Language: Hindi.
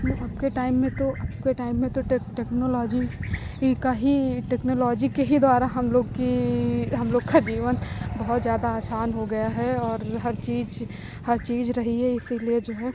न अबके टाइम में तो अबके टाइम में तो टेक्नोलॉजी ये का ही ये टेक्नोलॉजी के ही द्वारा हम लोग की हम लोग का जीवन बहुत ज़्यादा आसान हो गया है और हर चीज हर चीज रही है इसीलिए जो है